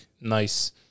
nice